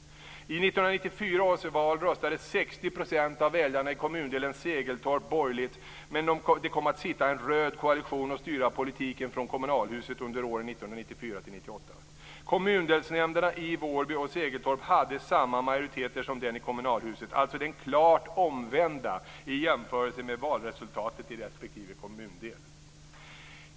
I 1994 års val röstade 60 % av väljarna i kommundelen Segeltorp borgerligt, men det kom att sitta en röd koalition och styra politiken från kommunalhuset under åren Segeltorp hade samma majoriteter som den i kommunalhuset - alltså den klart omvända i jämförelse med valresultaten i respektive kommundel.